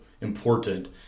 important